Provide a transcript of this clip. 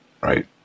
Right